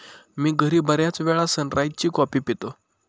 मी घरी बर्याचवेळा सनराइज ची कॉफी पितो